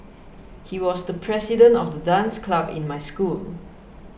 he was the president of the dance club in my school